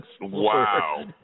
Wow